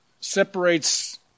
separates